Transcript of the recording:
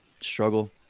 Struggle